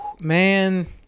man